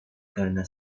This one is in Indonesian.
karena